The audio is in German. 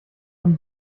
eine